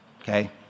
okay